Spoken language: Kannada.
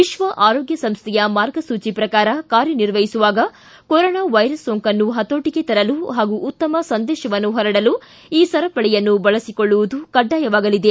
ವಿಶ್ವ ಆರೋಗ್ಯ ಸಂಸ್ಥೆಯ ಮಾರ್ಗಸೂಚಿ ಪ್ರಕಾರ ಕಾರ್ಯ ನಿರ್ವಹಿಸುವಾಗ ಕೊರೊನಾ ವೈರಸ್ ಸೋಂಕನ್ನು ಪತೋಟಿಗೆ ತರಲು ಪಾಗೂ ಉತ್ತಮ ಸಂದೇಶವನ್ನು ಹರಡಲು ಈ ಸರಪಳಿಯನ್ನು ಬಳಸಿಕೊಳ್ಳುವುದು ಕಡ್ಡಾಯವಾಗಲಿದೆ